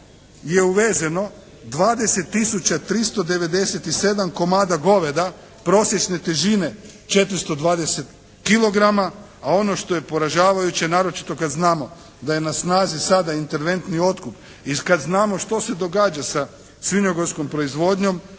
uvezeno 20 tisuća 397 komada goveda prosječne težine 420 kilograma a ono što je poražavajuće naročito kad znamo da je na snazi sada interventni otkup i kad znamo što se događa sa svinjogojskom proizvodnjom